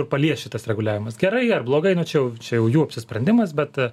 kur palies šitas reguliavimas gerai ar blogai nu čia jau čia jau jų apsisprendimas bet